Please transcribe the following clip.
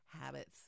Habits